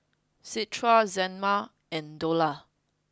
Citra Zaynab and Dollah